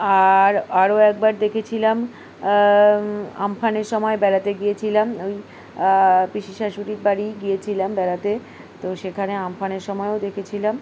আর আরও একবার দেখেছিলাম আমফানের সময় বেড়াতে গিয়েছিলাম ওই পিসি শাশুড়ির বাড়ি গিয়েছিলাম বেড়াতে তো সেখানে আমফানের সময়ও দেখেছিলাম